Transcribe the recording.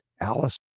Alice